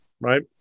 right